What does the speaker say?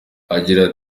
agira